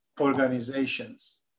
organizations